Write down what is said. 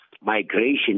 migration